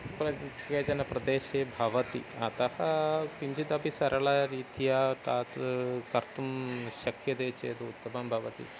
प्रज् केचन प्रदेशे भवति अतः किञ्चित् अपि सरलरीत्या तत् कर्तुं शक्यते चेत् उत्तमं भवति